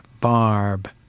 barb